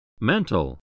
Mental